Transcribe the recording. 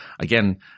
again